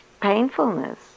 painfulness